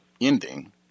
ending